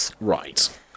Right